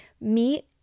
meet